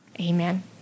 amen